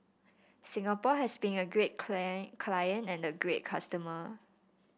Singapore has been a great clay client and a great customer